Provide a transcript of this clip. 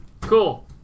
Cool